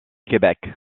québec